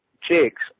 chicks